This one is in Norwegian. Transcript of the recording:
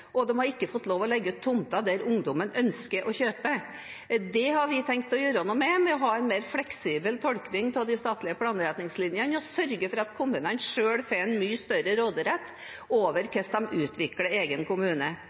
og de har ikke fått lov til å legge ut tomter der ungdommen ønsker å kjøpe. Det har vi tenkt å gjøre noe med ved å ha en mer fleksibel tolkning av de statlige planretningslinjene og sørge for at kommunene selv får en mye større råderett over hvordan de utvikler egen kommune.